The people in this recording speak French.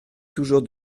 toujours